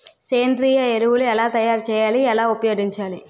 సేంద్రీయ ఎరువులు ఎలా తయారు చేయాలి? ఎలా ఉపయోగించాలీ?